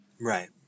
Right